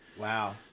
Wow